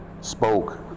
spoke